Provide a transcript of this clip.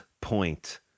Point